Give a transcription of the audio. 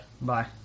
Bye